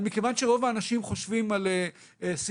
מכיוון שרוב האנשים חושבים על סיעוד